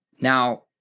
Now